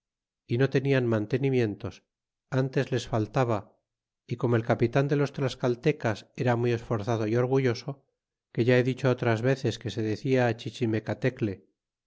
y no tenian mantenimientos ntes les faltaba y como el capitan de los tlascaltecas era muy esforzado y orgulloso que ya he dicho otras veces que se decia